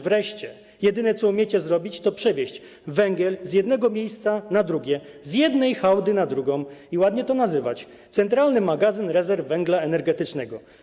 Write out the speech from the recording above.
Wreszcie po siódme, jedyne, co umiecie zrobić, to przewieźć węgiel z jednego miejsca na drugie, z jednej hałdy na drugą i ładnie to nazwać: centralny magazyn rezerw węgla energetycznego.